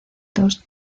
dos